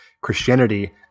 Christianity